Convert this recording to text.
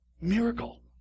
miracle